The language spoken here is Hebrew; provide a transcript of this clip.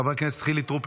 חבר הכנסת חילי טרופר,